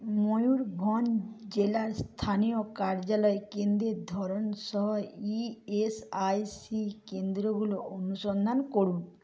ময়ূরভঞ্জ জেলার স্থানীয় কার্যালয় কেন্দ্রের ধরনসহ ইএসআইসি কেন্দ্রগুলো অনুসন্ধান করুন